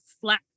flat